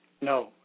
No